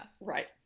Right